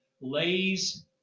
lays